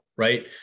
Right